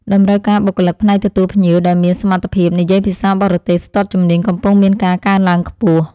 តម្រូវការបុគ្គលិកផ្នែកទទួលភ្ញៀវដែលមានសមត្ថភាពនិយាយភាសាបរទេសស្ទាត់ជំនាញកំពុងមានការកើនឡើងខ្ពស់។